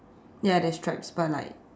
ya there's stripes but like